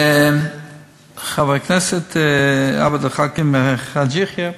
חבר הכנסת עבד אל חכים חאג' יחיא,